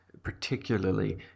particularly